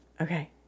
Okay